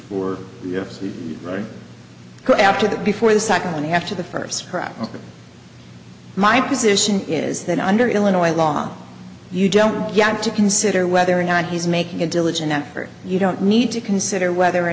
were right after that before the second after the first my position is that under illinois law you don't have to consider whether or not he's making a diligent effort you don't need to consider whether or